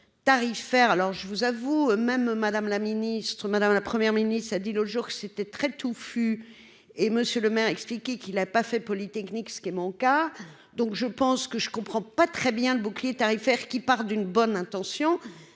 la ministre, madame la première ministre, a dit l'autre jour, c'était très touffu et monsieur le maire, expliqué qu'il a pas fait Polytechnique, ce qui est mon cas, donc je pense que je ne comprends pas très bien le bouclier tarifaire qui part d'une bonne intention,